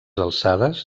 alçades